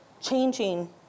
changing